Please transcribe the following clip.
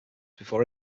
before